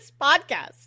podcast